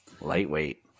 Lightweight